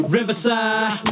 Riverside